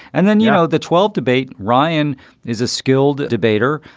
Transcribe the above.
and then, you know, the twelve debate, ryan is a skilled debater.